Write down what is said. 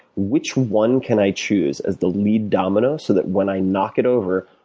which one can i choose as the lead domino so that when i knock it over,